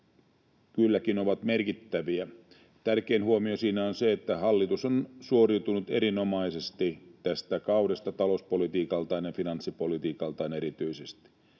kylläkin ovat merkittäviä. Tärkein huomio siinä on se, että hallitus on suoriutunut erinomaisesti tästä kaudesta talouspolitiikaltaan ja erityisesti